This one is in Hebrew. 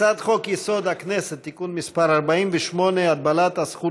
הצעת חוק-יסוד: הכנסת (תיקון מס' 48) (הגבלת הזכות